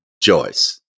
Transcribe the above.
Joyce